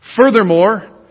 Furthermore